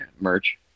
merch